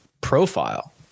profile